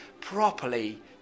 properly